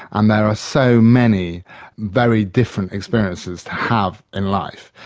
and there are so many very different experiences to have in life.